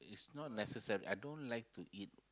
it's not necessary I don't like to eat